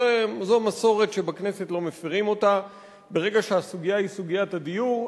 זו מסורת שבכנסת לא מפירים אותה: ברגע שהסוגיה היא סוגיית הדיור,